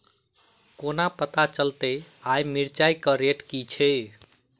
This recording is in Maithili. कोना पत्ता चलतै आय मिर्चाय केँ रेट की छै?